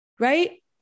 right